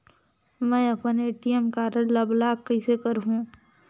मै अपन ATM card ल ब्लाक कइसे करहूं?